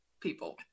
people